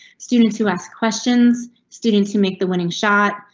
students who ask questions students to make the winning shot.